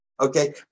okay